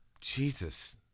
Jesus